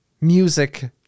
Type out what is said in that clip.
music